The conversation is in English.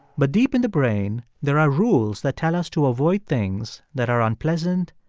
but deep in the brain, there are rules that tell us to avoid things that are unpleasant,